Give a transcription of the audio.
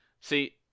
See